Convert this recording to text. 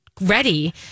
ready